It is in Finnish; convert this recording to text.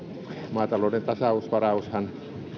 maatalouden tasausvaraushan